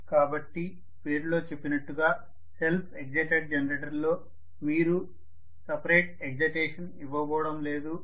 కాబట్టి పేరులో చెప్పినట్టుగా సెల్ఫ్ ఎక్సైటెడ్ జనరేటర్లో మీరు సపరేట్ ఎక్సైటేషన్ ఇవ్వబోవడం లేదు